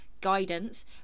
guidance